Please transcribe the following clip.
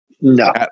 No